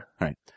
right